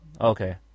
Okay